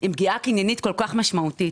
עם פגיעה קניינית כל כך משמעותית.